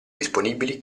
disponibili